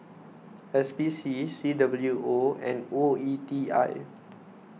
S P C C W O and O E T I